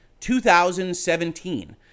2017